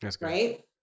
right